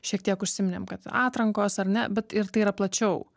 šiek tiek užsiminėm kad atrankos ar ne bet ir tai yra plačiau